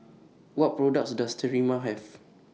What products Does Sterimar Have